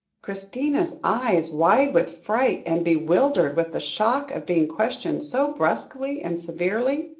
christina's eyes, wide with fright, and bewildered with the shock of being questioned so brusquely and severely,